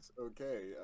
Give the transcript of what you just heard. Okay